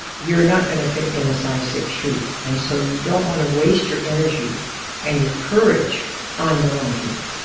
you're not gonna fit in a size six shoe. and so you don't wanna waste your energy and your courage on the wrong people,